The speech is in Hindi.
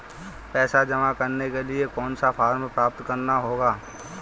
पैसा जमा करने के लिए कौन सा फॉर्म प्राप्त करना होगा?